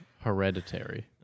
hereditary